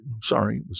sorry